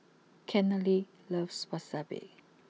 Kennedy loves Wasabi